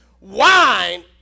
Wine